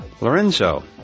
Lorenzo